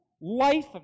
life